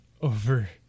over